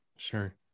Sure